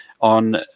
on